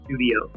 studio